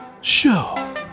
show